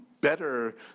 better